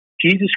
Jesus